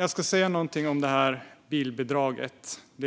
Jag ska säga någonting om det bilbidrag